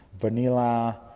vanilla